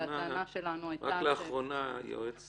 הטענה שלנו הייתה --- רק לאחרונה היועץ